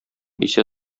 исә